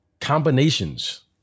combinations